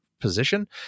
position